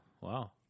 wow